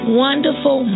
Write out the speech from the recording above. wonderful